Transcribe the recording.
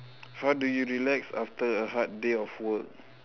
what do you relax after a hard day of work